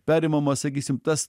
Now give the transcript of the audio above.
perimamas sakysim tas